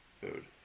Food